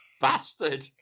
bastard